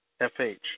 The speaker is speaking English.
FH